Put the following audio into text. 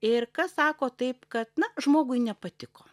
ir kas sako taip kad na žmogui nepatiko